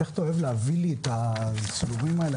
לא.